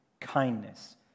kindness